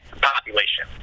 population